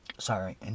Sorry